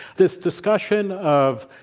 this discussion of,